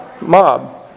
mob